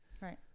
Right